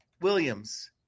Williams